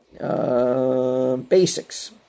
Basics